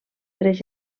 tres